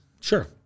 Sure